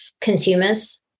consumers